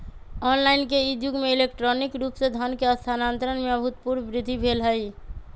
online के इ जुग में इलेक्ट्रॉनिक रूप से धन के स्थानान्तरण में अभूतपूर्व वृद्धि भेल हइ